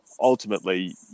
ultimately